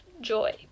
joy